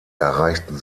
erreichten